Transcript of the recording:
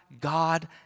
God